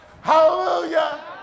Hallelujah